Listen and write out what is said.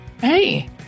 hey